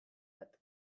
bat